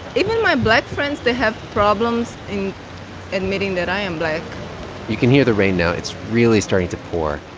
even my black friends, they have problems admitting that i am black you can hear the rain now. it's really starting to pour.